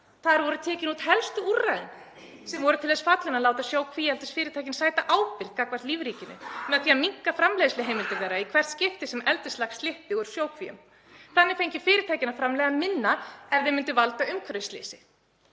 Þar voru tekin út helstu úrræðin sem voru til þess fallin að láta sjókvíaeldisfyrirtækin sæta ábyrgð gagnvart lífríkinu með því að minnka framleiðsluheimildir þeirra í hvert skipti sem eldislax slyppi úr sjókvíum. Þannig fengju fyrirtækin að framleiða minna ef þau myndu valda umhverfisslysi.